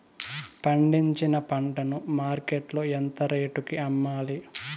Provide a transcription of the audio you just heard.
పండించిన పంట ను మార్కెట్ లో ఎంత రేటుకి అమ్మాలి?